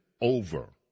over